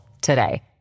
today